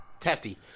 Tefty